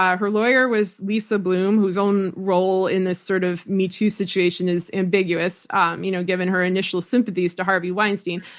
um her lawyer was lisa bloom, whose own role in this sort of me too situation is ambiguous um you know given her initial sympathies to harvey weinstein.